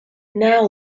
now